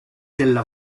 della